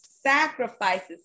sacrifices